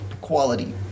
quality